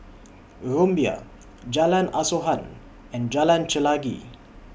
Rumbia Jalan Asuhan and Jalan Chelagi